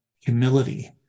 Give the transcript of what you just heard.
humility